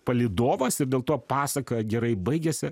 palydovas ir dėl to pasaka gerai baigiasi